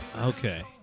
okay